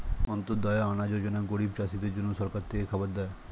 অন্ত্যদায়া আনা যোজনা গরিব চাষীদের জন্য সরকার থেকে খাবার দেয়